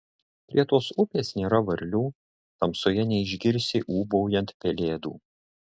prie tos upės nėra varlių tamsoje neišgirsi ūbaujant pelėdų